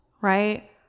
right